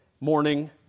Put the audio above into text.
morning